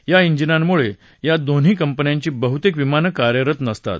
या इंजिनांमुळे या दोन्ही कंपन्यांची बहुतेक विमानं कार्यरत नसतात